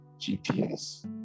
GPS